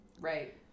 Right